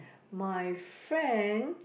my friend